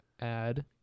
add